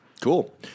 Cool